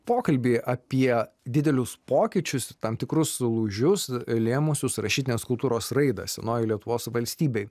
pokalbį apie didelius pokyčius tam tikrus lūžius lėmusius rašytinės kultūros raidą senojoj lietuvos valstybėj